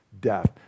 death